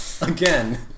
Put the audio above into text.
again